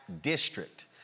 district